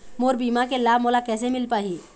मोर बीमा के लाभ मोला कैसे मिल पाही?